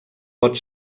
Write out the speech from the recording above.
pot